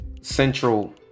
Central